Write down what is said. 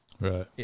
Right